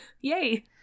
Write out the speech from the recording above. Yay